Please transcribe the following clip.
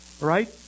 right